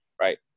right